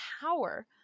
power